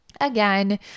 Again